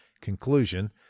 conclusion